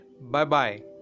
Bye-bye